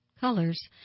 colors